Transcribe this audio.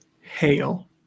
hail